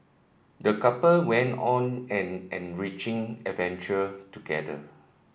the couple went on an enriching adventure together